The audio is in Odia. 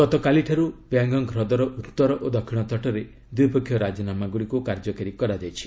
ଗତକାଲିଠାରୁ ପ୍ୟାଙ୍ଗଙ୍ଗ୍ ହ୍ରଦର ଉତ୍ତର ଓ ଦକ୍ଷିଣ ତଟରେ ଦ୍ୱିପକ୍ଷୀୟ ରାଜିନାମାଗୁଡ଼ିକୁ କାର୍ଯ୍ୟକାରୀ କରାଯାଇଛି